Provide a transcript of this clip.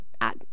add